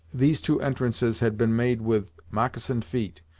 these two entrances had been made with moccasined feet,